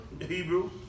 Hebrew